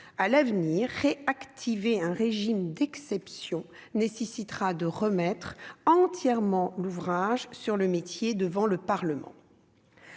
À l'avenir, réactiver un régime d'exception nécessitera de remettre entièrement l'ouvrage sur le métier devant le Parlement.